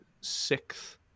sixth